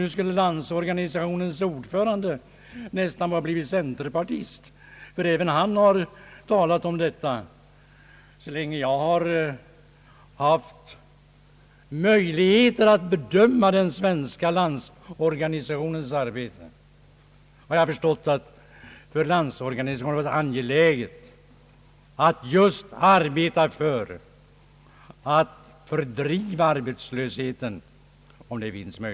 Nu skulle Landsorganisationens ordförande nästan ha blivit centerpartist, ty även han har talat om detta. Så länge jag har haft möjligheter att bedöma den svenska Landsorganisationens arbete har jag förstått att det för Landsorganisationen har varit angeläget att just arbeta för att om möjligt avskaffa arbetslösheten.